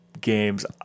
games